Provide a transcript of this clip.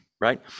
right